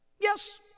Yes